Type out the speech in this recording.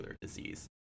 disease